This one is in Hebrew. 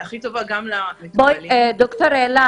גם למטופלים וגם למתמחים --- דוקטור קיטרוסר,